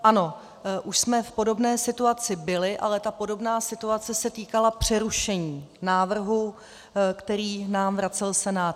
Ano, už jsme v podobné situaci byli, ale ta podobná situace se týkala přerušení návrhu, který nám vracel Senát.